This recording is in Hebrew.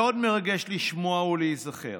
מאוד מרגש לשמוע ולהיזכר